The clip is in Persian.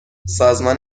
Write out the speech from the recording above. سازمان